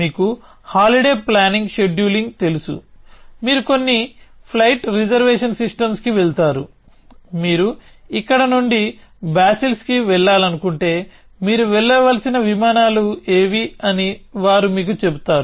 మీకు holiday planning scheduling తెలుసు మీరు కొన్ని ఫ్లైట్ రిజర్వేషన్ సిస్టమ్స్కి వెళతారు మీరు ఇక్కడి నుండి బాసిల్స్ కి వెళ్లాలనుకుంటే మీరు వెళ్లవలసిన విమానాలు ఏవి అని వారు మీకు చెబుతారు